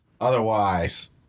Otherwise